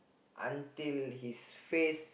until his face